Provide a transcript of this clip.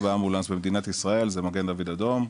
באמבולנס במדינת ישראל זה מגן דוד אדום,